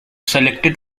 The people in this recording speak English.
selected